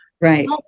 Right